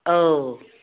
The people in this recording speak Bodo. औ